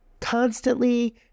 Constantly